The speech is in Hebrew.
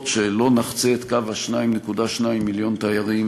שלא נחצה את קו ה-2.2 מיליון תיירים,